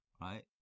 Right